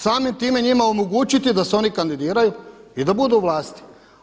Samim time njima omogućiti da se oni kandidiraju i da budu u vlasti.